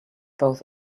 both